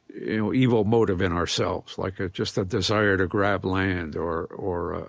you know, evil motive in ourselves, like ah just a desire to grab land or or